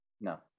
No